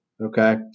okay